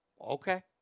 Okay